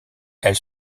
elle